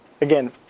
again